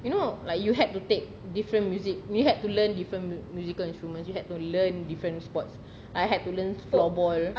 you know like you had to take different music we had to learn different musical instruments you had to learn different sports I had to learn floorball